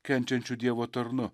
kenčiančiu dievo tarnu